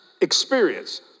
experience